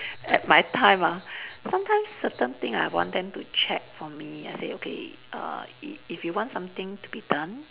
at my time ah sometimes certain thing I want them to check for me I say okay err i~ if you want something to be done